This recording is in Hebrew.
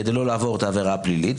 כדי לא לעבור עבירה פלילית,